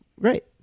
great